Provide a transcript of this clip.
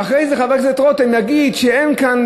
ואחרי זה חבר הכנסת רותם יגיד שאין כאן,